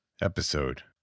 episode